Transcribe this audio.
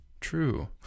True